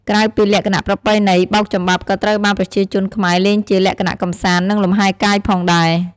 ក្រៅពីលក្ខណៈប្រពៃណី បោកចំបាប់ក៏ត្រូវបានប្រជាជនខ្មែរលេងជាលក្ខណៈកម្សាន្ត និងលំហែរកាយផងដែរ។